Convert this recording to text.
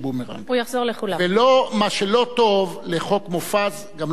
חברי כנסת שמתפצלים ממפלגה ייקחו את הכסף אתם